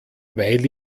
weil